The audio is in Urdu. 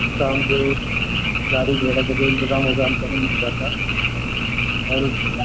کام جو گاڑی گھوڑا کا جو انتظام ہوگا ہم کریں گے ان شاء اللہ اور اس کے ساتھ